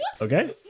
Okay